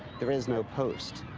there is no post.